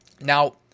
Now